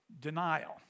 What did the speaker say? denial